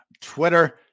Twitter